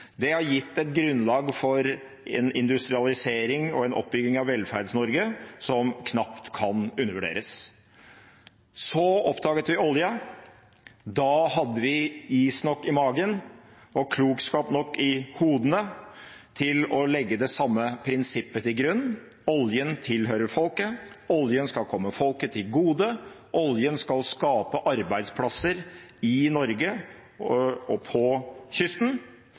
Det har gitt et grunnlag for en industrialisering og en oppbygging av Velferds-Norge som knapt kan undervurderes. Så oppdaget vi olje. Da hadde vi is nok i magen og klokskap nok i hodene til å legge det samme prinsippet til grunn: Oljen tilhører folket. Oljen skal komme folket til gode. Oljen skal skape arbeidsplasser i Norge og langs kysten.